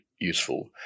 useful